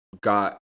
got